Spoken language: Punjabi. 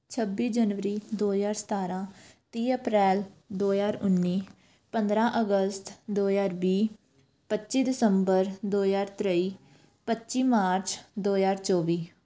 ਛੱਬੀ ਜਨਵਰੀ ਦੋ ਹਜ਼ਾਰ ਸਤਾਰਾਂ ਤੀਹ ਅਪ੍ਰੈਲ ਦੋ ਹਜ਼ਾਰ ਉੱਨੀ ਪੰਦਰਾਂ ਅਗਸਤ ਦੋ ਹਜ਼ਾਰ ਵੀਹ ਪੱਚੀ ਦਸੰਬਰ ਦੋ ਹਜ਼ਾਰ ਤੇਈ ਪੱਚੀ ਮਾਰਚ ਦੋ ਹਜ਼ਾਰ ਚੌਵੀ